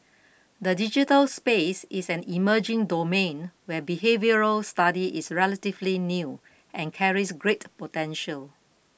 the digital space is an emerging domain where behavioural study is relatively new and carries great potential